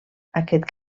aquest